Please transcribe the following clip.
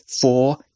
four